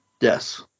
yes